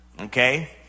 okay